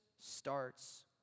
starts